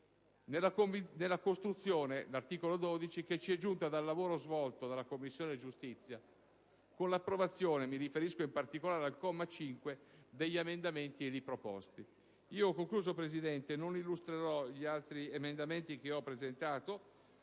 nella costruzione che ci è giunta dal lavoro svolto dalla Commissione giustizia con l'approvazione (mi riferisco in particolare al comma 5) degli emendamenti lì proposti. Presidente, non illustrerò gli altri emendamenti che ho presentato;